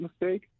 mistake